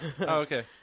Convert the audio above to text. okay